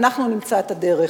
אנחנו נמצא את הדרך.